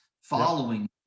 following